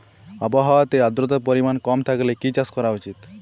আবহাওয়াতে আদ্রতার পরিমাণ কম থাকলে কি চাষ করা উচিৎ?